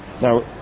now